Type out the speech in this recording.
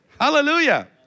hallelujah